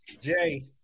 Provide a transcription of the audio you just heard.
Jay